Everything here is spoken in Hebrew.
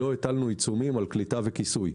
לא הטלנו עיצומים על קליטה וכיסוי.